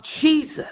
Jesus